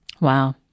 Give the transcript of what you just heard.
Wow